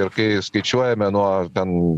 ir kai skaičiuojame nuo ten